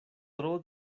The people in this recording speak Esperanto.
tro